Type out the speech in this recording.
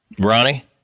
Ronnie